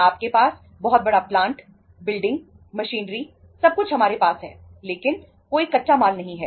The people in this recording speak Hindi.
आपके पास बहुत बड़ा प्लांट सब कुछ हमारे पास है लेकिन कोई कच्चा माल नहीं है